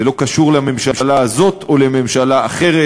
זה לא קשור לממשלה הזאת או לממשלה אחרת,